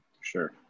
sure